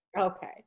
Okay